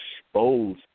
expose